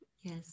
Yes